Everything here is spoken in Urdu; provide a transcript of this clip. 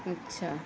اچھا